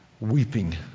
weeping